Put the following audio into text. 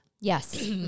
Yes